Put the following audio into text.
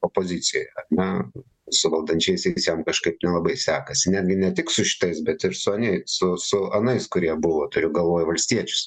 opozicijoj ar ne su valdančiaisiais jam kažkaip nelabai sekasi netgi ne tik su šitais bet ir su aneis su su anais kurie buvo turiu galvoj valstiečius